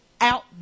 out